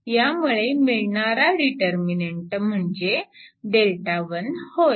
यामुळे मिळणारा डीटरर्मिनंट म्हणजेच Δ 1 होय